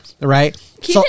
right